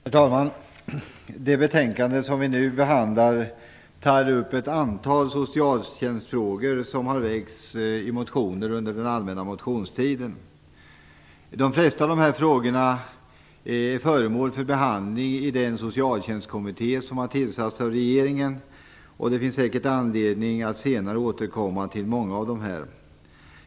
Herr talman! Det betänkande som vi nu behandlar tar upp ett antal socialtjänstfrågor som har väckts i motioner under den allmänna motionstiden. De flesta av de här frågorna är föremål för behandling i Socialtjänstkommittén som har tillsatts av regeringen, och det finns säkert anledning att senare återkomma till många av dem.